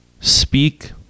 speak